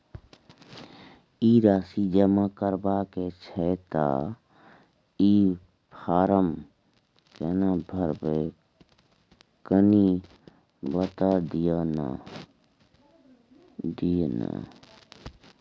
ई राशि जमा करबा के छै त ई फारम केना भरबै, कनी बता दिय न?